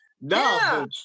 No